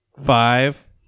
Five